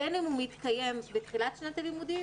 בין אם הוא מתקיים בתחילת שנת הלימודים